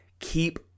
Keep